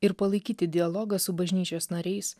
ir palaikyti dialogą su bažnyčios nariais